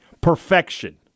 Perfection